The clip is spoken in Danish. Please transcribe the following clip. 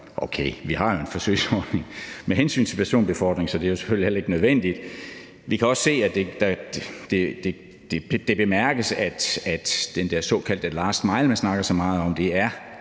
Okay, vi har en forsøgsordning med hensyn til personbefordring, så det er selvfølgelig heller ikke nødvendigt. Vi kan også se, at der snakkes meget om den der såkaldte last mile, så det er meget, meget